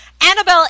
Annabelle